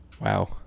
wow